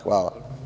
Hvala.